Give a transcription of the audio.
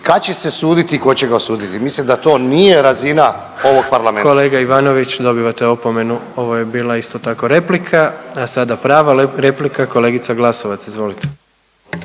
kad će se suditi i ko će ga osuditi. Mislim da to nije razina ovog Parlamenta. **Jandroković, Gordan (HDZ)** Kolega Ivanović dobivate opomenu, ovo je bila isto tako replika. A sada prava replika kolegica Glasovac, izvolite.